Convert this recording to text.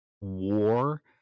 war